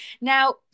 now